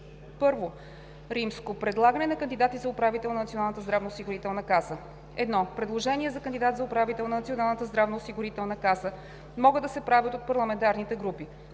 събрание: I. Предлагане на кандидати за управител на Националната здравноосигурителна каса 1. Предложения за кандидат за управител на Националната здравноосигурителна каса могат да се правят от парламентарните групи.